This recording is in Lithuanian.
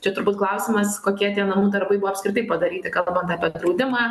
čia turbūt klausimas kokie tie namų darbai buvo apskritai padaryti kalbant apie draudimą